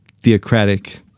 theocratic